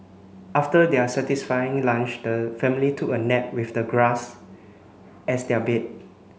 after their satisfying lunch the family took a nap with the grass as their bed